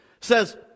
says